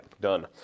Done